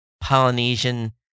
Polynesian